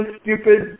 stupid